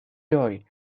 joy